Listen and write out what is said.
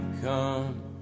come